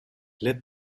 let